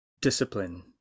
discipline